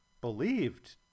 believed